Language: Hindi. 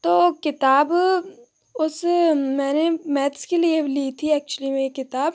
तो किताब उस मैथ्स के लिए ली थी एक्चुअली में ये किताब